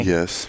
Yes